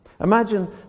Imagine